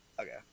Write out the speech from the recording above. Okay